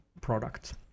product